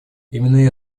именно